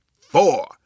four